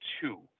two